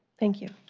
thank you,